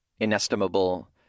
inestimable